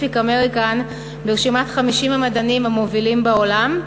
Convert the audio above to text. American" ברשימת 50 המדענים המובילים בעולם,